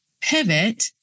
pivot